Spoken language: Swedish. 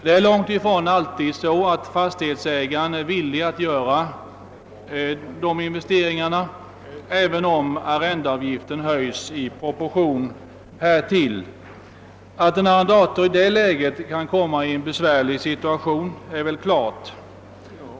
Det är långt ifrån alltid så att fastighetsägaren är villig att göra de investeringarna även om arrendeavgiften höjs i proportion härtill. Självfallet kan en arrendator i det läget komma i en besvärlig situation.